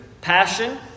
passion